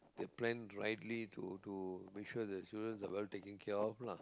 they planned rightly to to make sure the children are well taken care of lah